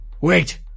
Wait